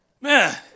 Man